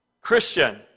Christian